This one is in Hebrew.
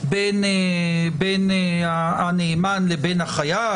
בין הנאמן לבין החייב.